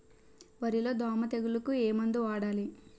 వరిలో దోమ తెగులుకు ఏమందు వాడాలి?